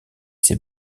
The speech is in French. ses